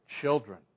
Children